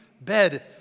bed